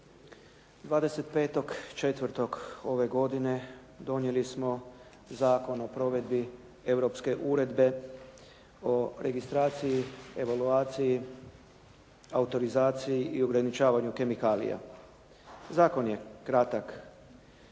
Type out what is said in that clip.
25.4. ove godine donijeli smo Zakon o provedbi Europske uredbe o registraciji, evaluaciji, autorizaciji i ograničavanju kemikalija. Zakon je kratak,